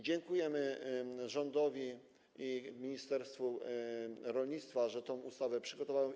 Dziękujemy rządowi i ministerstwu rolnictwa, że tę ustawę przygotował.